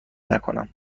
نکنم